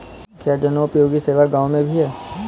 क्या जनोपयोगी सेवा गाँव में भी है?